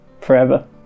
forever